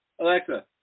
Alexa